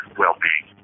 well-being